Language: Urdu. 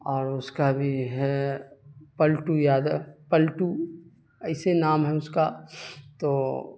اور اس کا بھی ہے پلٹو یادو پلٹو ایسے نام ہے اس کا تو